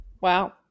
wow